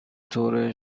طور